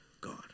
God